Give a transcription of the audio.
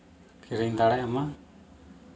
ᱠᱤᱨᱤᱧ ᱫᱟᱲᱮᱭᱟᱜᱼᱢᱟ